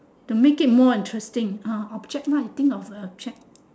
to make it more interesting ah object lah you think of an object